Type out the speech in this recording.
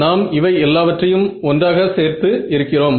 நாம் இவை எல்லாவற்றையும் ஒன்றாக சேர்த்து இருக்கிறோம்